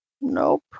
Nope